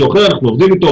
אנחנו עובדים אתו.